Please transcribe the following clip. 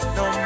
no